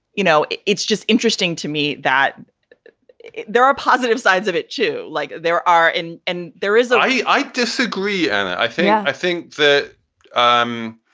you know, it's just interesting to me that there are positive sides of it, too, like there are and and there isn't i disagree. and i think i think that um